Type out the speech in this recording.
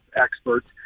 experts